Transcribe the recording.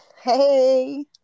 Hey